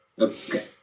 Okay